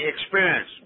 experience